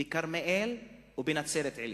בכרמיאל ובנצרת-עילית.